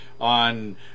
on